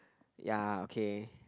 ya okay